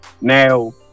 Now